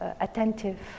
attentive